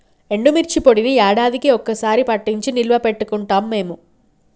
ఎండుమిర్చి పొడిని యాడాదికీ ఒక్క సారె పట్టించి నిల్వ పెట్టుకుంటాం మేము